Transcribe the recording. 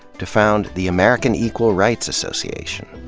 to found the american equal rights association.